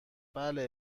بله